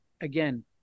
again